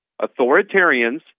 authoritarians